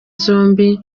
zombi